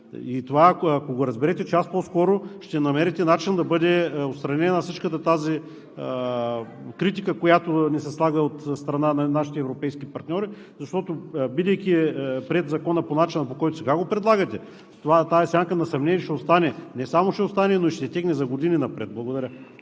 това го разберете час по-скоро, ще намерите начин да бъде отстранена всичката тази критика, която ни се слага от страна на нашите европейски партньори, защото, бидейки приет Законът по начина, по който сега го предлагате, тази сянка на съмнение ще остане – не само ще остане, но и ще тегне за години напред. Благодаря.